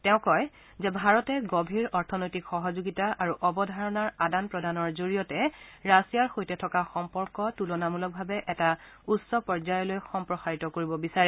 তেওঁ কয় যে ভাৰতে গভীৰ অৰ্থনৈতিক সহযোগিতা আৰু অৱধাৰণাৰ আদান প্ৰদানৰ জৰিয়তে ৰাছিয়াৰ সৈতে থকা সম্পৰ্ক তুলনামূলকভাৱে এটা উচ্চ পৰ্যায়লৈ সম্প্ৰসাৰিত কৰিব বিচাৰে